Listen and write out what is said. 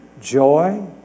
joy